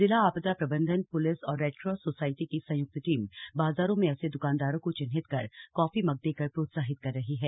जिला आपदा प्रबंधन पुलिस और रेडक्रॉस सोसाइटी की संयुक्त टीम बाजारों में ऐसे दुकानदारों को चिन्हित कर कॉफी मग देकर प्रोत्साहित कर रही है